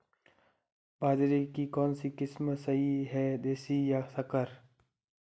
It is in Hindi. बाजरे की कौनसी किस्म सही हैं देशी या संकर?